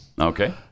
Okay